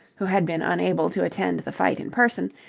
who had been unable to attend the fight in person,